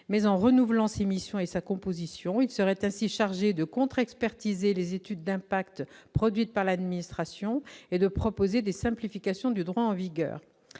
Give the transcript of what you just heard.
mais en renouvelant ses missions et sa composition, il serait ainsi chargé de contre-expertise et les études d'impact produite par l'administration et de proposer des simplification du droit en vigueur,